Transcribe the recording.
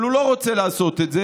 אבל הוא לא רוצה לעשות את זה,